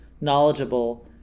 knowledgeable